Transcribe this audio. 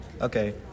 Okay